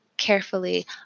carefully